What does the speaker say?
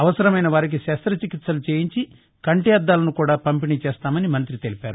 అవసరమైనవారికి శస్త్రచికిత్సలు చేయించి కంటీఅద్దాలనూ పంపిణీ చేస్తామని మంత్రి తెలిపారు